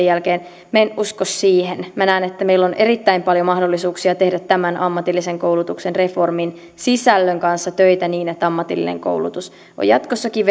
jälkeen minä en usko siihen näen että meillä on erittäin paljon mahdollisuuksia tehdä tämän ammatillisen koulutuksen reformin sisällön kanssa töitä niin että ammatillinen koulutus on jatkossakin